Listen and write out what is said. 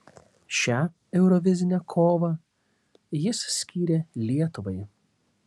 šią eurovizinę kovą jis skyrė lietuvai